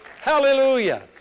Hallelujah